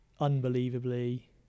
unbelievably